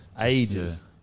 ages